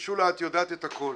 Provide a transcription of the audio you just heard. שולה, את יודעת את הכול.